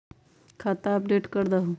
खाता अपडेट करदहु?